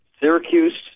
Syracuse